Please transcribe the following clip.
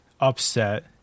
upset